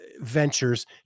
ventures